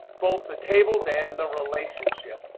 both the tables and the relationship.